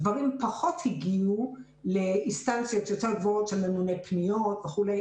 דברים פחות הגיעו לאינסטנציות יותר גבוהות של ממונה פניות וכולי.